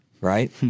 right